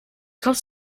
kommst